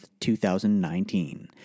2019